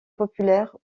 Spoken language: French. populaire